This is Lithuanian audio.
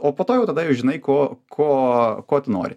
o po to jau tada jau žinai ko ko ko tu nori